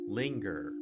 linger